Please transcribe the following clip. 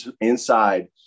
inside